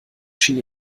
schien